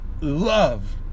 love